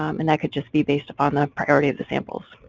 um and that could just be based upon the priority of the samples.